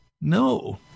No